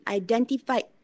identified